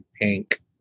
Pink